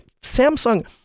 Samsung